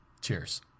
cheers